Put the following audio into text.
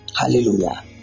Hallelujah